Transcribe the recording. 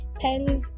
pens